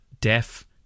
deaf